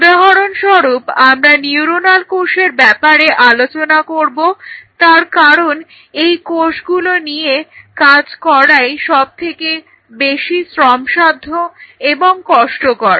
উদাহরণ স্বরূপ আমরা নিউরণাল কোষের ব্যাপারে আলোচনা করব তার কারণ এই কোষগুলি নিয়ে কাজ করাই সবথেকে বেশি শ্রমসাধ্য এবং কষ্টকর